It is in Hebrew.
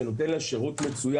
מעון שנותן לה שירות מצוין,